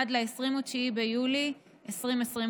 עד ל-29 ביולי 2021,